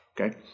Okay